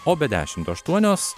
o be dešimt aštuonios